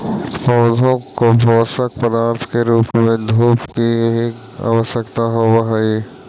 पौधों को पोषक पदार्थ के रूप में धूप की भी आवश्यकता होवअ हई